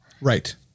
Right